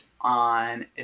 on